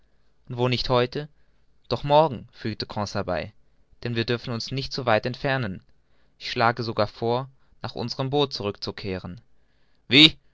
wo nicht heute doch morgen fügte conseil bei denn wir dürfen uns nicht zu weit entfernen ich schlage sogar vor nach unserm boot zurück zu kehren wie